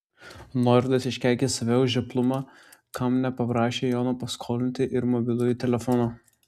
norvydas iškeikė save už žioplumą kam nepaprašė jono paskolinti ir mobilųjį telefoną